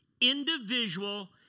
individual